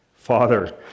Father